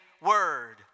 word